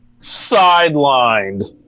Sidelined